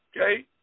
Okay